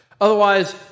Otherwise